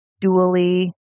dually